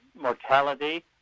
mortality